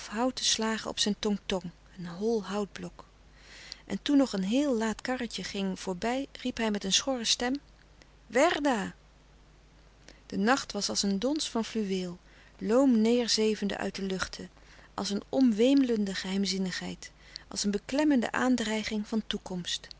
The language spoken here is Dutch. houten slagen op zijn tong tong en toen nog een heel laat karretje ging voorbij riep hij met een schorre stem werr da de nacht was als een dons van fluweel loom neêrzevende uit de luchten als een omwemelende geheimzinnigheid als een beklemmende aandreiging van toekomst